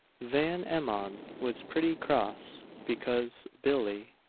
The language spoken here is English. van emmon was pretty cross because billie,